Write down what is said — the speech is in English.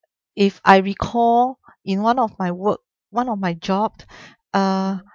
if I recall in one of my work one of my job uh